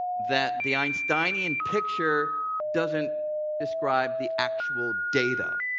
that the einsteinian picture doesn't describe the actual data.